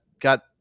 got